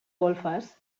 golfes